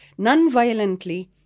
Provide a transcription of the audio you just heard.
nonviolently